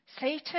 Satan